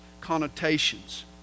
connotations